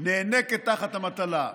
נאנקת תחת המטלה.